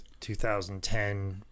2010